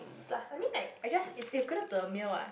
plus I mean like I just it's equivalent to a meal what